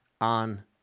on